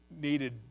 needed